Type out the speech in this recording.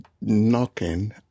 knocking